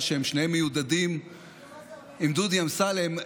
שהם שניהם מיודדים עם דודי אמסלם.